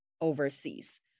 overseas